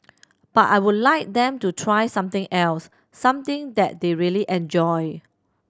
but I would like them to try something else something that they really enjoy